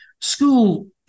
school